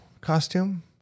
costume